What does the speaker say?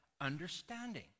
understanding